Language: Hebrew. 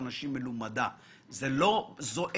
בהקשר של השוק הקמעונאי,